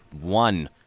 one